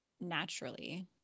naturally